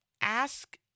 ask